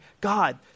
God